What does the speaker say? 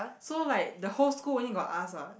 so like the whole school only got us what